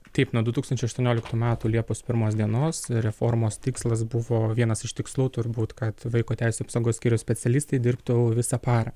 taip nuo du tūkstančiai aštuonioliktų metų liepos pirmos dienos reformos tikslas buvo vienas iš tikslų turbūt kad vaiko teisių apsaugos skyriaus specialistai dirbtų visą parą